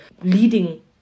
leading